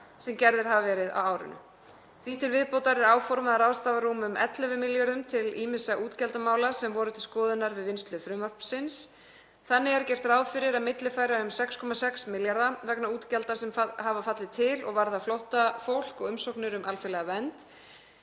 sem gerðir hafa verið á árinu. Því til viðbótar er áformað að ráðstafa rúmum 11 milljörðum til ýmissa útgjaldamála sem voru til skoðunar við vinnslu frumvarpsins. Þannig er gert ráð fyrir að millifæra um 6,6 milljarða vegna útgjalda sem fallið hafa til og varða flóttafólk og umsóknir um alþjóðlega vernd,